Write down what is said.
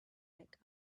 mecca